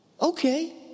okay